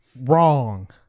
Wrong